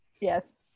yes